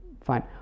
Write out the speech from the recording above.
fine